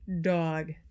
dog